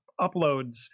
uploads